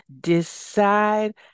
Decide